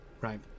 right